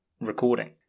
recording